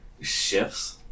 shifts